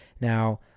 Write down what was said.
now